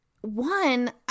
one